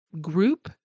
group